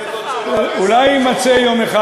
אולי יימצא יום אחד.